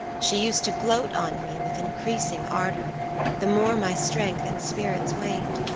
she used to gloat on me with increasing ardor the more my strength and spirits waned.